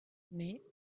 mais